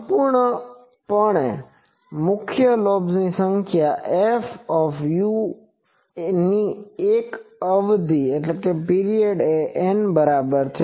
સંપૂર્ણ લોબ્સની સંખ્યામાં f ની એક અવધિ એ N બરાબર છે